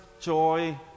joy